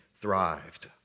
thrived